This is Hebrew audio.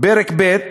פרק ב':